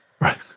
Right